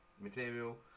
material